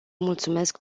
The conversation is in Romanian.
mulțumesc